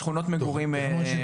שכונות מגורים --- לא,